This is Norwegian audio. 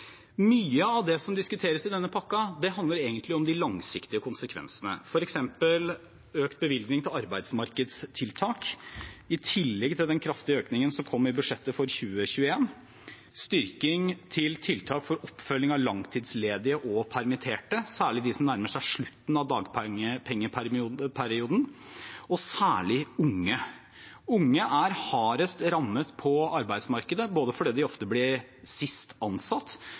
Mye av det som diskuteres i denne pakken, handler egentlig om de langsiktige konsekvensene, f.eks. økt bevilgning til arbeidsmarkedstiltak i tillegg til den kraftige økningen som kom i budsjettet for 2021, og styrking til tiltak for oppfølging av langtidsledige og permitterte, særlig de som nærmer seg slutten av dagpengeperioden, og særlig unge. Unge er hardest rammet på arbeidsmarkedet, både fordi de ofte ble sist ansatt